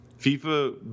FIFA